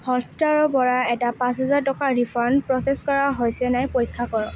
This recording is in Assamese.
হটষ্টাৰৰ পৰা এটা পাঁচ হাজাৰ টকাৰ ৰিফাণ্ড প্ৰ'চেছ কৰা হৈছে নাই পৰীক্ষা কৰক